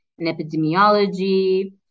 epidemiology